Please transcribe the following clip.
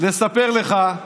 לספר לך על